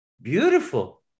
Beautiful